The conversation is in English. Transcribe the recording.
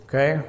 Okay